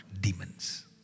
demons